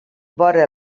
vora